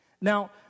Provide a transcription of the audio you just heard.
Now